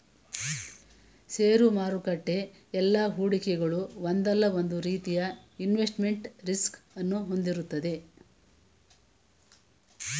ಷೇರು ಮಾರುಕಟ್ಟೆ ಎಲ್ಲಾ ಹೂಡಿಕೆಗಳು ಒಂದಲ್ಲ ಒಂದು ರೀತಿಯ ಇನ್ವೆಸ್ಟ್ಮೆಂಟ್ ರಿಸ್ಕ್ ಅನ್ನು ಹೊಂದಿರುತ್ತದೆ